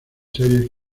series